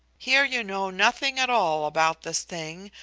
here you know nothing at all about this thing,